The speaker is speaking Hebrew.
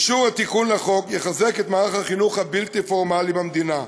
אישור התיקון לחוק יחזק את מערך החינוך הבלתי-פורמלי במדינה,